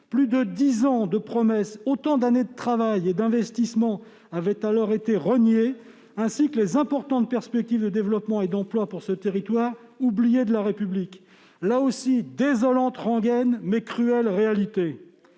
Plus de dix ans de promesses, autant d'années de travail et d'investissements avaient alors été reniés, ainsi que d'importantes perspectives de développement et d'emplois pour ce territoire oublié de la République. Désolante rengaine, mais cruelle réalité